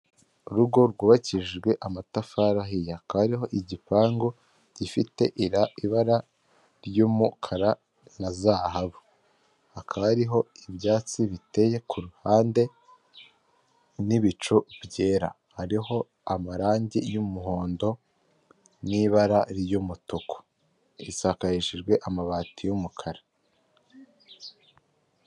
urugo rwubakishijwe amatafari ahiye hakaba hariho igipangu gifite ibara ry'umukara na zahabu hakaba hariho ibyatsi biteye kuruhande n'ibicu byera hariho amarangi y'umuhondo n'ibara ry'umutuku isakarishijwe amabati y'umukara.